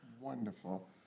Wonderful